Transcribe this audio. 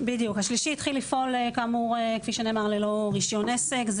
השלישי התחיל לפעול כפי שנאמר ללא רישיון עסק.